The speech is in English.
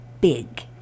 big